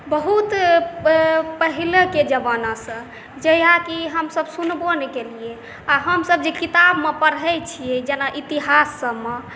बहुत पहिलेके जमानासँ जहिया कि हमसभ सुनबो नहि केलियै आ हमसभ जे किताबमे पढ़ै छियै जेना इतिहास सभमे